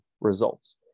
results